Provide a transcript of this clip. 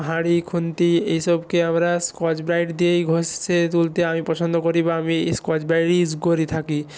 হাঁড়ি খুন্তি এইসবকে আমরা স্কচ ব্রাইট দিয়েই ঘষে তুলতে আমি পছন্দ করি বা আমি স্কচ ব্রাইটই ইউজ করে থাকি